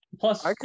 Plus